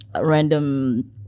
random